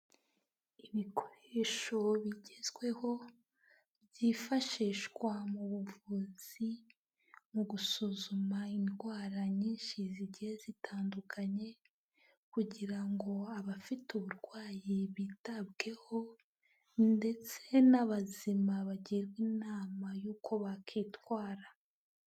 Ibikoresho bigezweho byifashishwa mu buvuzi, mu gusuzuma indwara nyinshi zigiye zitandukanye kugira ngo abafite uburwayi bitabweho ndetse n'abazima bagirwe inama y'uko bakwitwara.